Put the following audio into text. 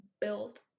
built